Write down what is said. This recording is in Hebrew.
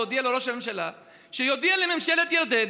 להודיע לראש הממשלה שיודיע לממשלת ירדן